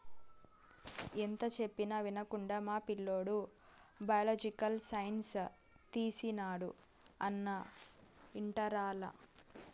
ఎంత చెప్పినా వినకుండా మా పిల్లోడు బయలాజికల్ సైన్స్ తీసినాడు అన్నా ఇంటర్లల